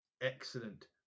Excellent